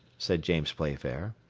said james playfair.